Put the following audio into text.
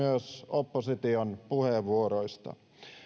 opposition puheenvuoroista